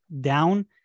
down